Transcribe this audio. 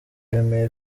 bemeye